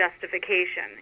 justification